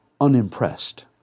unimpressed